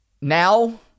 Now